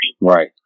Right